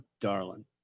darling